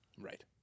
Right